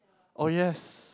oh yes